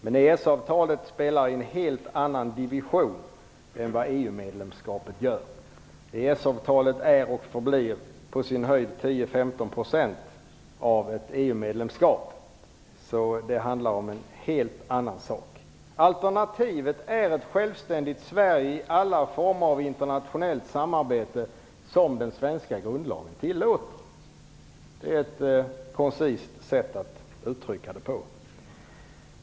Men EES-avtalet spelar i en helt annan division än vad EU-medlemskapet gör. EES-avtalet motsvarar och kommer på sin höjd att motsvara 10 15 % av ett EU-medlemskap. Det handlar alltså om en helt annan sak. Alternativet är ett självständigt Sverige i alla former av internationellt samarbete som den svenska grundlagen tillåter. Det är ett koncist sätt att uttrycka det på.